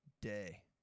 day